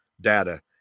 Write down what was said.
data